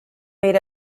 made